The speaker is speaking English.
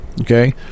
Okay